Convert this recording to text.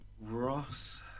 Ross